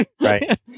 right